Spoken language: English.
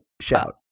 Shout